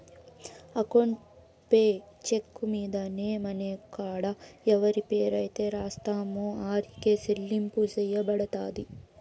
account payee చెక్కు మీద name అనే కాడ ఎవరి పేరైతే రాస్తామో ఆరికే సెల్లింపు సెయ్యబడతది